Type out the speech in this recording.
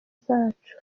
zacu